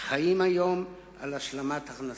חיים היום על השלמת הכנסה,